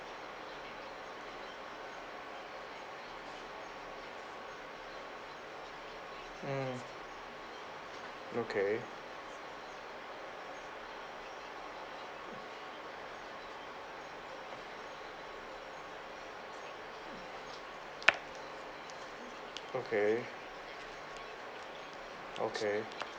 mm okay okay okay